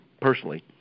personally